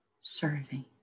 serving